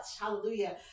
hallelujah